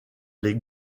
les